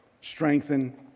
strengthen